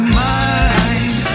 mind